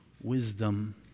wisdom